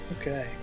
Okay